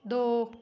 ਦੋ